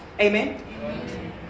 Amen